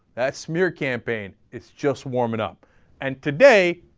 that smear campaign, it's just warming up and today.